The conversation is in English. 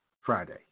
Friday